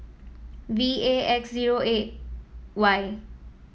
V A X zero eight Y